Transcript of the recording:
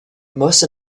most